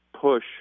push